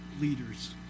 leaders